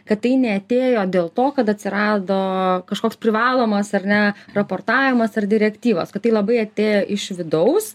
kad tai neatėjo dėl to kad atsirado kažkoks privalomas ar ne raportavimas ar direktyvos kad tai labai atėjo iš vidaus